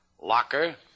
Locker